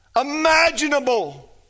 imaginable